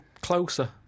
Closer